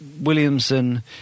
Williamson